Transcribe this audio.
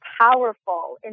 powerful